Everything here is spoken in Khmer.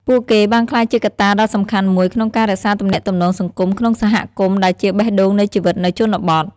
ពួកគេបានក្លាយជាកត្តាដ៏សំខាន់មួយក្នុងការរក្សាទំនាក់ទំនងសង្គមក្នុងសហគមន៍ដែលជាបេះដូងនៃជីវិតនៅជនបទ។